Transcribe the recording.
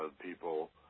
people